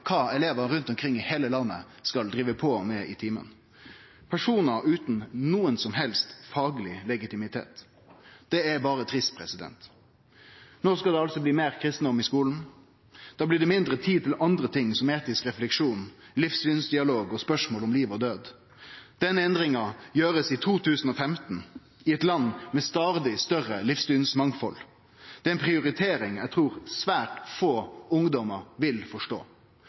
kva elevar rundt omkring i heile landet skal drive med i timane – personar utan nokon som helst fagleg legitimitet. Det er berre trist. No skal det altså bli meir kristendom i skulen. Da blir det mindre tid til andre ting, som etisk refleksjon, livssynsdialog og spørsmål om liv og død. Den endringa blir gjord i 2015 i eit land med stadig større livssynsmangfald. Det er ei prioritering eg trur svært få ungdommar vil forstå.